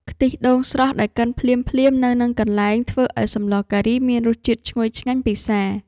ខ្ទិះដូងស្រស់ដែលកិនភ្លាមៗនៅនឹងកន្លែង ធ្វើឱ្យសម្លការីមានរសជាតិឈ្ងុយឆ្ងាញ់ពិសា។